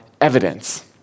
evidence